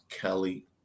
Kelly